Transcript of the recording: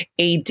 AD